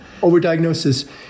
Overdiagnosis